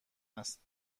است